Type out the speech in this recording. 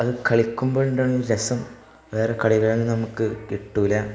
അത് കളിക്കുമ്പോഴുണ്ടാകുന്നൊരു രസം വേറെ കളികളിൽ നിന്ന് നമുക്ക് കിട്ടില്ല